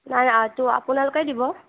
নাই নাই আৰ্টটো আপোনালোকেই দিব